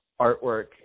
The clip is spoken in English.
artwork